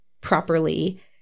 properly